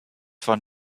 von